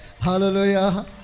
Hallelujah